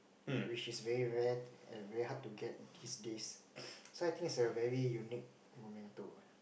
which is very rare and very hard to get these days so I think it's a very unique momento